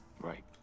Right